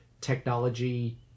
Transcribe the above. technology